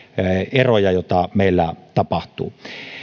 eroja joita meillä tapahtuu